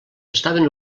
estaven